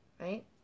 right